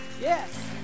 Yes